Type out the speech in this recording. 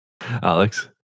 Alex